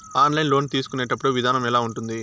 online loan తీసుకునేటప్పుడు విధానం ఎలా ఉంటుంది